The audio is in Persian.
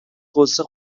غصه